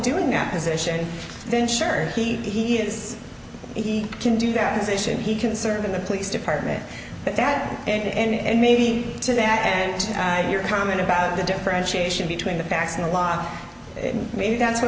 doing that position then sure he is he can do that position he can serve in the police department but that and and maybe to that and i'm your comment about the differentiation between the facts in a lot and maybe that's wh